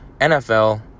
NFL